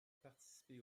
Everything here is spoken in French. participé